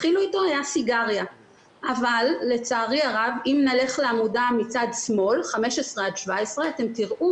אם תסתכלו מצד ימין של השקף אתם תראו